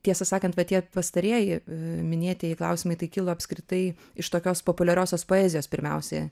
tiesą sakant va tie pastarieji minėtieji klausimai tai kilo apskritai iš tokios populiariosios poezijos pirmiausiai